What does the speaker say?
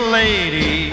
lady